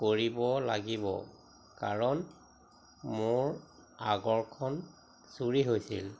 কৰিব লাগিব কাৰণ মোৰ আগৰখন চুৰি হৈছিল